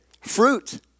Fruit